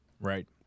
right